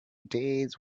days